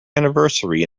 anniversary